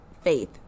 faith